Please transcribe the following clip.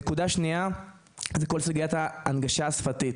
הנקודה השנייה היא סוגיית ההנגשה השפתית.